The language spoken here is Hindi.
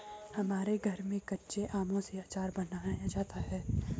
हमारे घर में कच्चे आमों से आचार बनाया जाता है